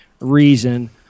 reason